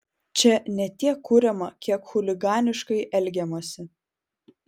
čia ne tiek kuriama kiek chuliganiškai elgiamasi